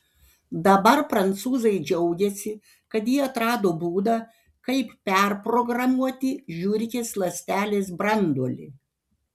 dabar prancūzai džiaugiasi kad jie atrado būdą kaip perprogramuoti žiurkės ląstelės branduolį